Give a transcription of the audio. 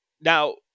now